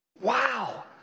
Wow